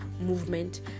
movement